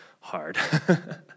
hard